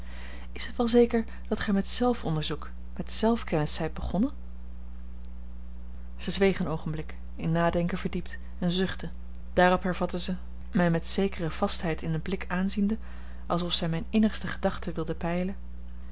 is het wel zeker dat gij met zelfonderzoek met zelfkennis zijt begonnen zij zweeg een oogenblik in nadenken verdiept en zuchtte daarop hervatte zij mij met zekere vastheid in den blik aanziende alsof zij mijne innigste gedachten wilde peilen